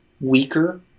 weaker